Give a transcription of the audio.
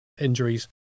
injuries